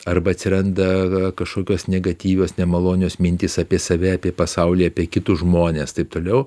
arba atsiranda kažkokios negatyvios nemalonios mintys apie save apie pasaulį apie kitus žmones taip toliau